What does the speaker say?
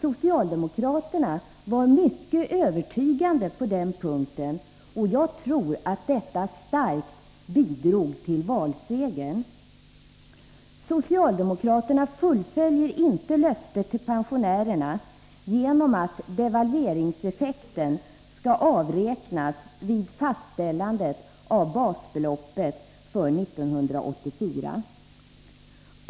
Socialdemokra terna var mycket övertygande på den punkten, och jag tror att detta starkt bidrog till valsegern. Socialdemokraterna fullföljer inte löftet till pensionärerna, genom att devalveringseffekten skall avräknas vid fastställandet av basbeloppet för 1984.